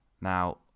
Now